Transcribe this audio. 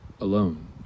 alone